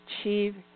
achieve